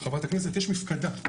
חברת הכנסת, יש מפקדה.